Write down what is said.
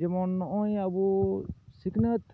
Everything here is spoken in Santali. ᱡᱮᱢᱚᱱ ᱱᱚᱜᱼᱚᱭ ᱟᱵᱚ ᱥᱤᱠᱱᱟᱹᱛ